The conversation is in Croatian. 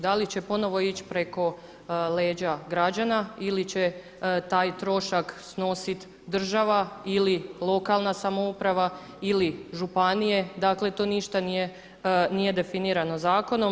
Da li će ponovo ići preko leđa građana ili će taj trošak snositi država ili lokalna samouprava ili županije, dakle to ništa nije definirano zakonom.